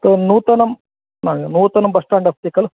तत्र नूतनं न नूतनं बस् स्टाण्ड् अस्ति खलु